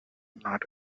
not